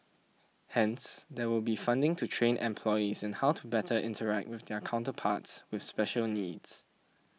hence there will be funding to train employees in how to better interact with their counterparts with special needs